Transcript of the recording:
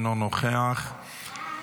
אינו נוכח,